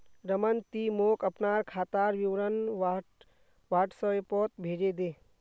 रमन ती मोक अपनार खातार विवरण व्हाट्सएपोत भेजे दे